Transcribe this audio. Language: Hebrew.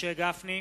משה גפני,